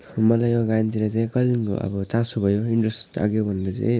मलाई यो गायनतिर चाहिँ कहिलेदेखिको अब चासो भयो इन्ट्रेस जाग्यो भन्दा चाहिँ